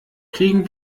kriegen